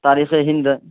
تاریخِ ہند